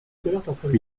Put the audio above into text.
rue